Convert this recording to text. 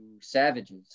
Savages